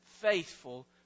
faithful